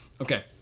Okay